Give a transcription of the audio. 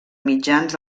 mitjans